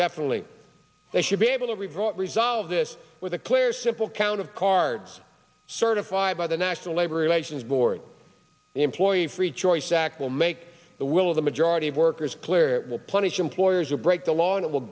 definitely they should be able to revolt resolve this with a clear simple count of cards certified by the national labor relations board the employee free choice act will make the will of the majority of workers clear it will punish employers or break the law and it will